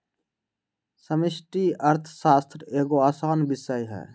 समष्टि अर्थशास्त्र एगो असान विषय हइ